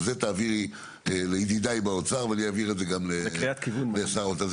את זה תעבירי לידידי באוצר ואני אעביר את זה גם לשר האוצר.